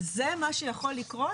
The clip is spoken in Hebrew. זה מה שיכול לקרות,